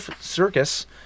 Circus